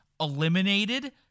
eliminated